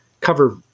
cover